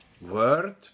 word